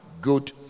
good